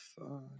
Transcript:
fun